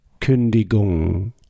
Kündigung